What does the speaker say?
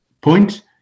point